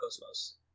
Cosmos